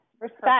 respect